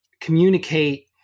communicate